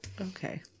Okay